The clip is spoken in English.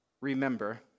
remember